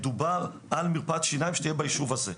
מדובר על מרפאת שיניים שתהיה ביישוב הזה,